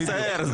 תיזהר.